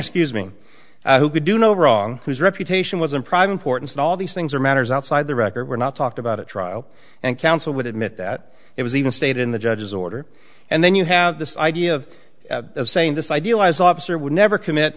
excuse me who could do no wrong whose reputation was improv important and all these things are matters outside the record were not talked about at trial and counsel would admit that it was even stated in the judge's order and then you have this idea of saying this idealized officer would never commit